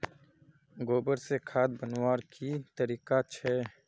गोबर से खाद बनवार की तरीका छे?